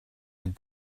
had